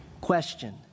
Question